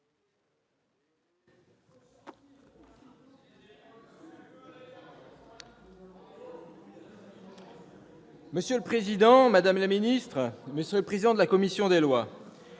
Monsieur le président, madame la ministre, monsieur le président de la commission des lois,